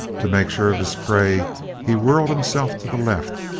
to make sure of his prey he whirled himself to the left,